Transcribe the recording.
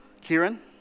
Kieran